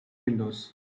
windows